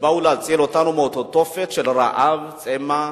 שבאו להציל אותנו מאותו תופת של רעב, צמא,